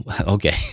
Okay